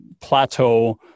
plateau